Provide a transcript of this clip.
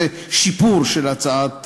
זה שיפור של הצעת